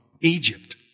Egypt